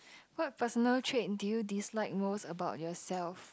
what personal trait do you dislike most about yourself